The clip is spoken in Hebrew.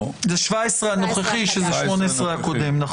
זה 17 הנוכחי שזה 18 הקודם.